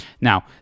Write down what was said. Now